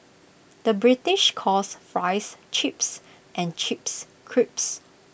the British calls Fries Chips and Chips Crisps